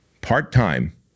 part-time